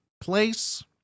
place